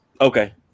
Okay